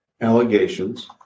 Allegations